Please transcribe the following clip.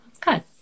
good